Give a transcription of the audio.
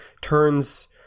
turns